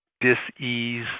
dis-ease